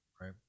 right